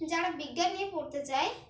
যারা বিজ্ঞান নিয়ে পড়তে চায়